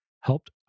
helped